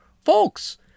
folks